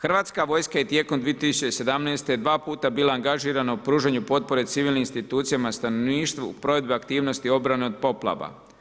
Hrvatska vojska je tijekom 2017. dva puta bila angažirana u pružanju potpore civilnim institucijama i stanovništvu u provedbi aktivnosti obrane od poplava.